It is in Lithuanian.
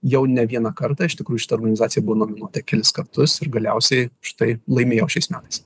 jau ne vieną kartą iš tikrųjų šita organizacija buvo nuominuota kelis kartus ir galiausiai štai laimėjo šiais metais